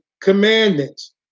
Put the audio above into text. commandments